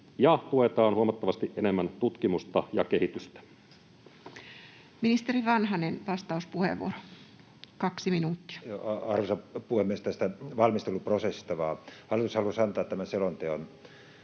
tuetaan huomattavasti enemmän tutkimusta ja kehitystä.” Ministeri Vanhanen, vastauspuheenvuoro, 2 minuuttia. Arvoisa puhemies! Tästä valmisteluprosessista vaan — hallitus halusi antaa tämän selonteon